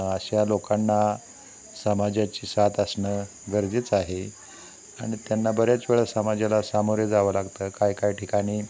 अशा लोकांना समाजाची साथ असणं गरजेचं आहे आणि त्यांना बऱ्याच वेळा समाजाला सामोरे जावं लागतं काय काही ठिकाणी